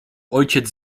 ojciec